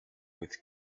with